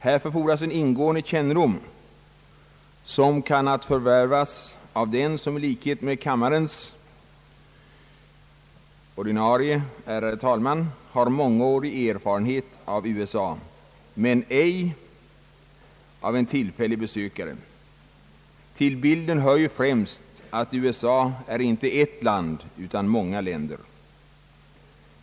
Härför fordras en ingående kännedom som kan innehas av den som i likhet med kammarens ärade talman har mångårig erfarenhet av USA men som ej kan förvärvas av en tillfällig besökare. Till bilden hör ju främst att USA inte är ett land utan många länder.